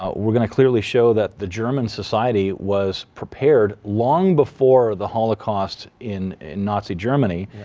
ah we're going to clearly show that the german society was prepared long before the holocaust in in nazi germany,